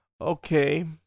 Okay